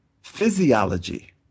physiology